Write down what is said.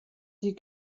sie